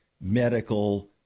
medical